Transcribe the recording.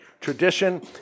tradition